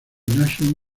nation